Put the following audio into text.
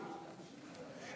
כן,